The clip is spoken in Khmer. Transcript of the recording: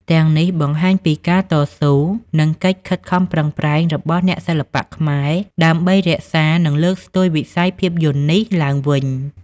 ទាំងនេះបង្ហាញពីការតស៊ូ និងកិច្ចខិតខំប្រឹងប្រែងរបស់អ្នកសិល្បៈខ្មែរដើម្បីរក្សា និងលើកស្ទួយវិស័យភាពយន្តនេះឡើងវិញ។